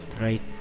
right